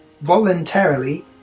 voluntarily